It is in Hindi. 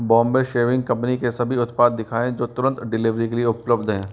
बॉम्बे शेविंग कंपनी के सभी उत्पाद दिखाएँ जो तुरंत डिलेवरी के लिए उपलब्ध हैं